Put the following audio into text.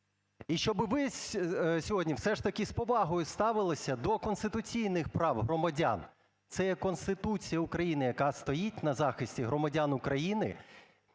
І щоби ви сьогодні все ж таки з повагою ставилися до конституційних прав громадян, це є Конституція України, яка стоїть на захисті громадян України.